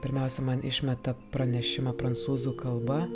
pirmiausia man išmeta pranešimą prancūzų kalba